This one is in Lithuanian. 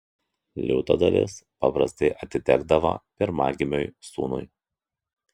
liūto dalis paprastai atitekdavo pirmagimiui sūnui